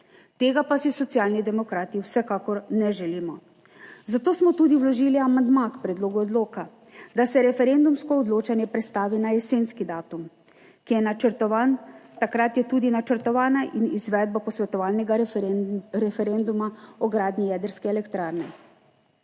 tega pa si Socialni demokrati vsekakor ne želimo, zato smo tudi vložili amandma k predlogu odloka, da se referendumsko odločanje prestavi na jesenski datum takrat je tudi načrtovana in izvedbo posvetovalnega referenduma o gradnji jedrske elektrarne.